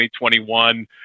2021